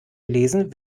gelesen